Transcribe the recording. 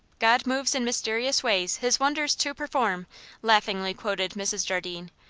god moves in mysterious way, his wonders to perform laughingly quoted mrs. jardine.